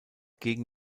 gegen